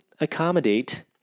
accommodate